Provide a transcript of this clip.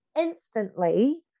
instantly